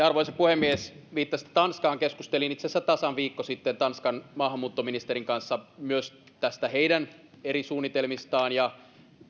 arvoisa puhemies viittasitte tanskaan keskustelin itse asiassa tasan viikko sitten tanskan maahanmuuttoministerin kanssa myös näistä heidän eri suunnitelmistaan ja hän